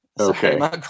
Okay